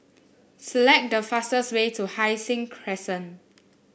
select the fastest way to Hai Sing Crescent